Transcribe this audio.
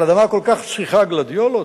על אדמה כל כך צחיחה, גלדיולות?